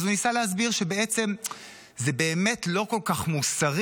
אז הוא ניסה להסביר שבעצם זה באמת לא כל כך מוסרי